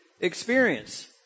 experience